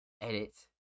edit